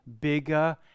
bigger